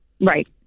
right